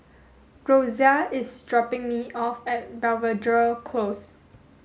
Rosia is dropping me off at Belvedere Close